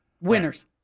winners